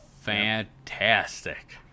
fantastic